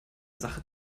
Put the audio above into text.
sache